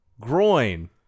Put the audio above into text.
groin